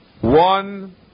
One